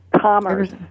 commerce